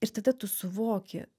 ir tada tu suvoki